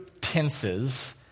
tenses